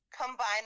Combine